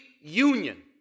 union